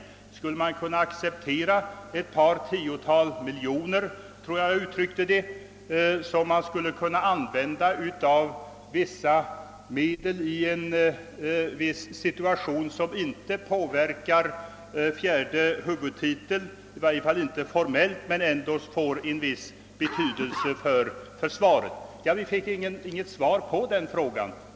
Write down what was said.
Skulle man kunna acceptera ett par tiotal miljoner, vilka skulle tas av vissa medel, som inte påverkar fjärde huvudtiteln, i varje fall inte formellt, men som ändå skulle få en viss betydelse? Vi fick inget svar på den frågan.